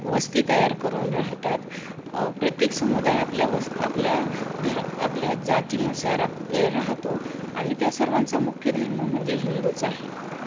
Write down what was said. वस्ती तयार करून राहतात प्रत्येक समुदाय आपल्या वस आपल्या धर आपल्या जातीनुसार आप राहतो आणि त्या सर्वांचा मुख्य धर्म म्हणजे हिंदूच आहे